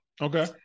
Okay